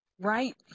Right